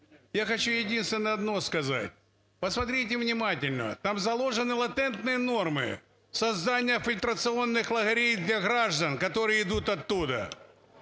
я хочу, единственное, одно сказать. Посмотрите внимательно, там заложены латентные нормы создание фильтрационных лагерей для граждан, которые идут оттуда.